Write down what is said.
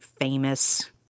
famous